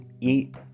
eat